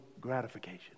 gratification